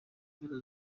mpera